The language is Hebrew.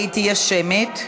והיא תהיה שמית.